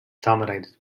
dominated